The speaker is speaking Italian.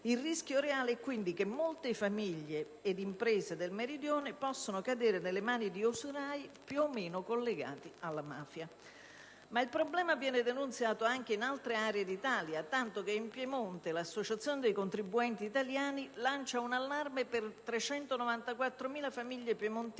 Il rischio reale è quindi che molte famiglie ed imprese del Meridione possono cadere nelle mani di usurai più o meno collegati alla mafia. Ma il problema viene denunciato anche in altre aree d'Italia, tanto che in Piemonte l'Associazione contribuenti italiani lancia un allarme per 394.000 famiglie piemontesi